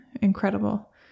incredible